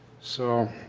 so